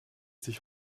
sich